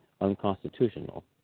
unconstitutional